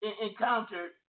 encountered